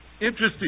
Interesting